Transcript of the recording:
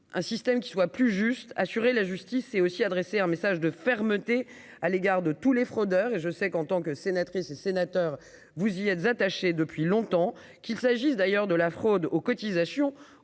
un système qui soit plus juste assurer la justice est aussi adressé un message de fermeté à l'égard de tous les fraudeurs et je sais qu'en tant que sénatrice et sénateurs, vous y êtes attachés depuis longtemps, qu'il s'agisse d'ailleurs de la fraude aux cotisations